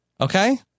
Okay